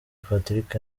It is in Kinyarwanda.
patrick